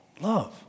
Love